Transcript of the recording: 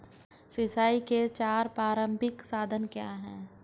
सिंचाई के चार पारंपरिक साधन क्या हैं?